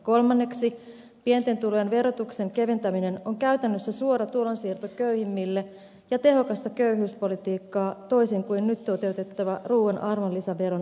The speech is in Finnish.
kolmanneksi pienten tulojen verotuksen keventäminen on käytännössä suora tulonsiirto köyhimmille ja tehokasta köyhyyspolitiikkaa toisin kuin nyt toteutettava ruuan arvonlisäveron alentaminen